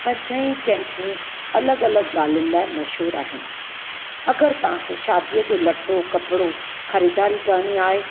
पंज ई कैंपूं अलॻि अलॻि ॻाल्हियुनि लाइ मशहूरु आहिनि अगरि तव्हांखे शादीअ जो लटो कपिड़ो ख़रीदारी करिणी आहे